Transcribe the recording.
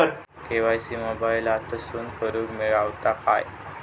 KYC मोबाईलातसून करुक गावता काय?